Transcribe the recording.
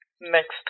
next